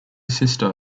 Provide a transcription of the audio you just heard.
sister